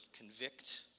convict